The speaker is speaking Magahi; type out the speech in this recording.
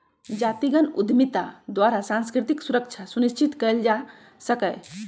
जातिगत उद्यमिता द्वारा सांस्कृतिक सुरक्षा सुनिश्चित कएल जा सकैय